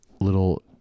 little